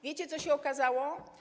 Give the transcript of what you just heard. Wiecie, co się okazało?